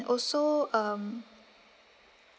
also um